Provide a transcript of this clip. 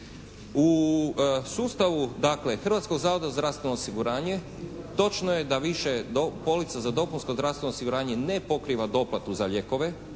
U sustavu dakle Hrvatskog zavoda za zdravstveno osiguranje točno je da više polica za dopunsko zdravstveno osiguranje ne pokriva doplatu za lijekove